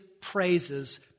praises